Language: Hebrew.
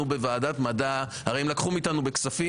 בוועדת מדע הרי הם לקחו מאיתנו בכספים,